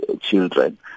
children